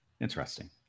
interesting